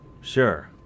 Sure